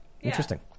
Interesting